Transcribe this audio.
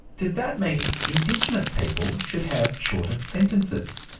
does that mean indigenous people should have shorter sentences?